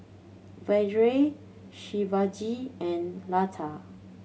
Vedre Shivaji and Lata